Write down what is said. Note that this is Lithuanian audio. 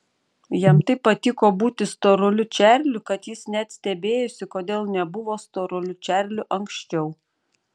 jam taip patiko būti storuliu čarliu kad jis net stebėjosi kodėl nebuvo storuliu čarliu anksčiau